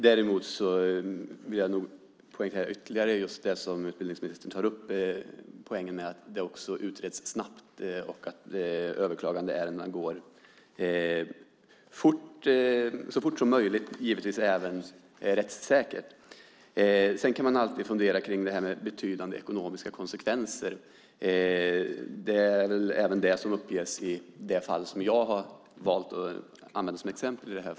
Däremot vill jag ytterligare poängtera det som utbildningsministern tar upp om vikten av att det utreds snabbt och att överklagandeärendena går så fort som möjligt och givetvis även rättssäkert. Man kan alltid fundera på detta med betydande ekonomiska konsekvenser. Det uppges även i det fall som jag har valt att använda som exempel.